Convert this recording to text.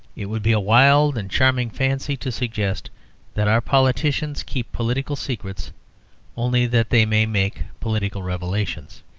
it would be a wild and charming fancy to suggest that our politicians keep political secrets only that they may make political revelations.